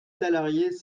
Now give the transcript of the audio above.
salariés